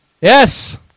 Yes